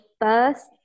First